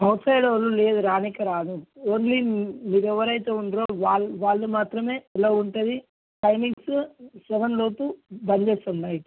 outside వాళ్ళు లేరు రావాడానికి రాదు ఓన్లీ మీరు ఎవరైతే ఉన్నారో వాళ్ళు మాత్రమే ఎలో ఉంటుంది టైమింగ్స్ సెవెన్ లోపు బంద్ చేస్తాం లైట్లు